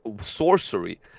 sorcery